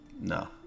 No